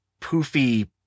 poofy